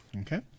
Okay